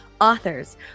authors